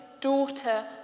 daughter